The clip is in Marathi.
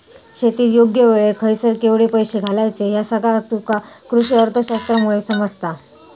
शेतीत योग्य वेळेक खयसर केवढे पैशे घालायचे ह्या सगळा तुका कृषीअर्थशास्त्रामुळे समजता